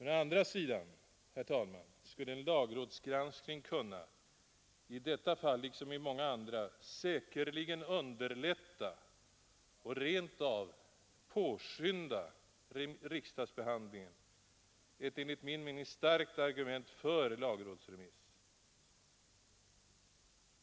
Å andra sidan skulle, herr talman, en lagrådsgranskning i detta liksom i många andra fall säkerligen kunna underlätta och rent av påskynda riksdagsbehandlingen — ett enligt min mening starkt argument för lagrådsremiss.